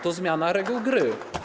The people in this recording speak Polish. To zmiana reguł gry.